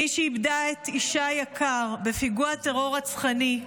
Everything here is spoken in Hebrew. מי שאיבדה את אישה היקר בפיגוע טרור רצחני,